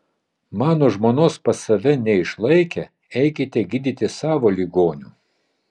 mano žmonos pas save neišlaikę eikite gydyti savo ligonių